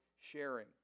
sharing